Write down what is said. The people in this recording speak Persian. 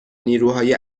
نیروهای